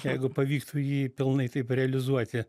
jeigu pavyktų jį pilnai taip realizuoti